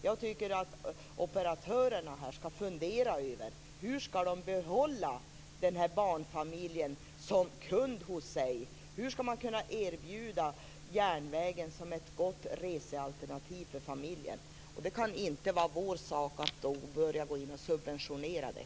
Jag tycker att operatörerna skall fundera över hur de skall behålla den här barnfamiljen som kund hos sig. Hur skall man kunna erbjuda järnvägen som ett gott resealternativ för familjen? Det kan inte vara vår sak att gå in och subventionera det.